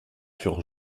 furent